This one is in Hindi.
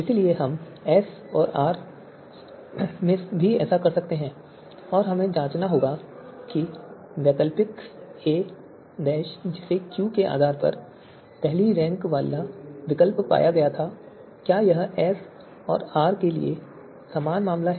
इसलिए हम एस और आर में भी ऐसा कर सकते हैं और हमें जांचना होगा कि वैकल्पिक a जिसे Q के आधार पर पहली रैंक वाला विकल्प पाया गया था क्या यह S और R के लिए समान मामला है